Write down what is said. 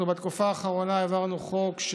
אנחנו בתקופה האחרונה העברנו חוק,